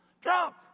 Drunk